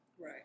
Right